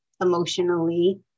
emotionally